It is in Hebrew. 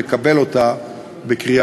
ביטול תקנה 134(1)(ה)